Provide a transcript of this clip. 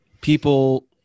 people